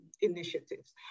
initiatives